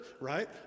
right